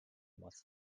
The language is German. muss